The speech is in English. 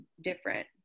different